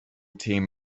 team